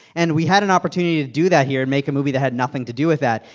and we had an opportunity to do that here and make a movie that had nothing to do with that.